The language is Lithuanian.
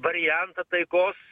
variantą taikos